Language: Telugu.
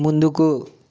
ముందుకు